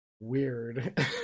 Weird